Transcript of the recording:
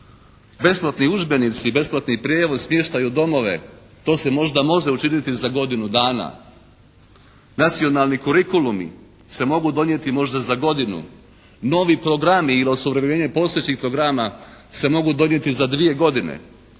Besplatni udžbenici, besplatni prijevoz, smještaj u domove. To se možda može učiniti za godinu dana. Nacionalni korikulumi se mogu donijeti možda za godinu. Novi programi ili osuvremenjenje postojećih programa se mogu donijeti za dvije godine.